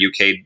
uk